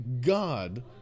God